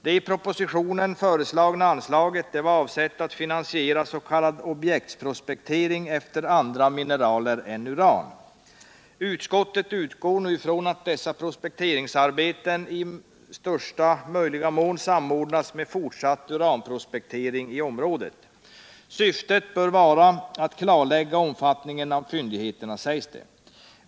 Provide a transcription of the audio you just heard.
Det i propositionen föreslagna anslaget var avsett att finansiera s.k. objektprospektering efter andra mineraler än uran. Utskottet utgår nu från att dessa prospekteringsarbeten i möjligaste mån samordnas med fortsatt uranprospektering i området. Syftet bör vara att klarlägga omfattningen av fyndigheterna, sägs det.